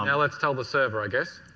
yeah let's tell the server, i guess.